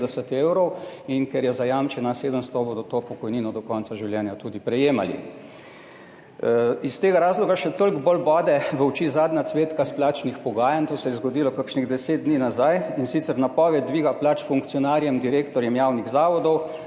in ker je zajamčena 700, bodo to pokojnino do konca življenja tudi prejemali. Iz tega razloga še toliko bolj bode v oči zadnja cvetka s plačnih pogajanj, to se je zgodilo kakšnih deset dni nazaj, in sicer napoved dviga plač funkcionarjem, direktorjem javnih zavodov